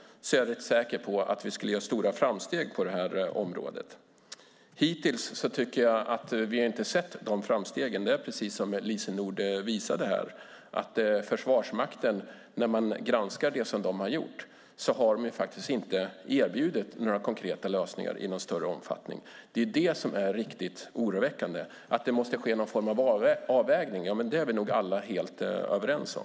Då är jag rätt säker på att vi skulle göra stora framsteg på det här området. Hittills tycker jag inte att vi har sett de framstegen. Det är precis som Lise Nordin visade här. När man granskar vad Försvarsmakten har gjort ser man att de faktiskt inte har erbjudit några konkreta lösningar i någon större omfattning. Det är det som är riktigt oroväckande. Att det måste ske någon form av avvägning är vi nog alla helt överens om.